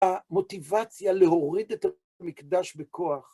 המוטיבציה להוריד את המקדש בכוח.